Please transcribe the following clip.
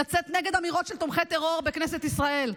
לצאת נגד אמירות של תומכי טרור בכנסת ישראל.